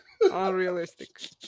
unrealistic